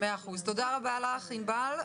תודה רבה לך, ענבל.